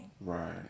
Right